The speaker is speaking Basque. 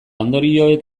ondorioek